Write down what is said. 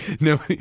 no